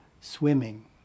swimming